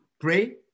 pray